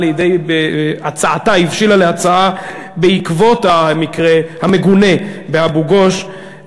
הצעתה הבשילה להצעה בעקבות המקרה המגונה באבו-גוש,